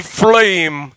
flame